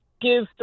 give